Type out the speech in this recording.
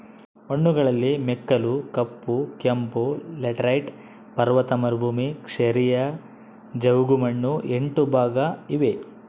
ಮಣ್ಣುಗಳಲ್ಲಿ ಮೆಕ್ಕಲು, ಕಪ್ಪು, ಕೆಂಪು, ಲ್ಯಾಟರೈಟ್, ಪರ್ವತ ಮರುಭೂಮಿ, ಕ್ಷಾರೀಯ, ಜವುಗುಮಣ್ಣು ಎಂಟು ಭಾಗ ಇವೆ